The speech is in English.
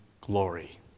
glory